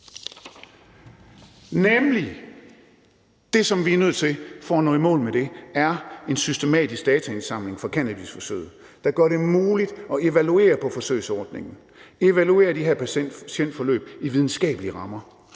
nemlig. Det, vi er nødt til at gøre for at nå i mål med det, er at lave en systematisk dataindsamling i forhold til cannabisforsøget, der gør det muligt at evaluere forsøgsordningen, altså evaluere de her patientforløb i videnskabelige rammer.